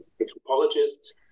anthropologists